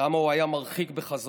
כמה הוא היה מרחיק בחזונו,